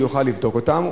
הוא יוכל לבדוק אותם.